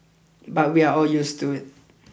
but we are all used to it